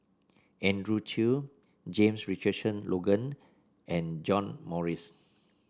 Andrew Chew James Richardson Logan and John Morrice